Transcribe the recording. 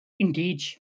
engage